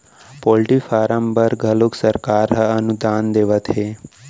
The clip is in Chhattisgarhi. पोल्टी फारम बर घलोक सरकार ह अनुदान देवत हे